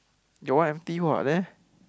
your one empty what there